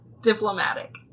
diplomatic